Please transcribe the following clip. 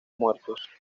muertos